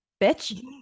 bitch